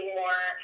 more